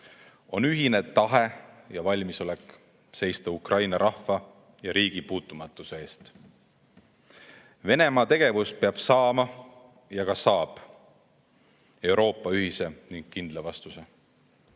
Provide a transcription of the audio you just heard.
on ühine tahe ja valmisolek seista Ukraina rahva ja riigi puutumatuse eest. Venemaa tegevus peab saama ja ka saab Euroopalt ühise ning kindla vastuse.